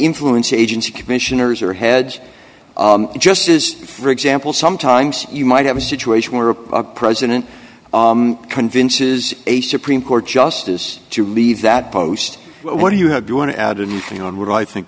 influence agency commissioners or heads just as for example sometimes you might have a situation where a president convinces a supreme court justice to leave that post what do you have you want to add anything on what i think